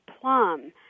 plum